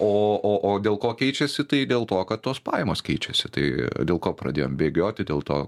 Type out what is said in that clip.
o o o dėl ko keičiasi tai dėl to kad tos pajamos keičiasi tai dėl ko pradėjom bėgioti dėl to